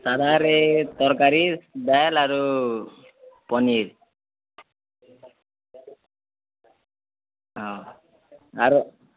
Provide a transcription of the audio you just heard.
ସାଧାରେ ତର୍କାରୀ ଡାଏଲ୍ ଆରୁ ପନିର୍ ହଁ ଆରୁ